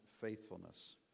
faithfulness